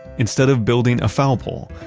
instead of building a foul pole,